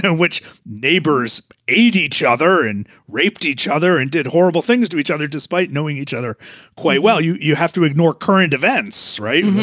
and which neighbors eat each other and raped each other and did horrible things to each other despite knowing each other quite well. you you have to ignore current events right?